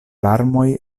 larmoj